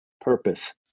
purpose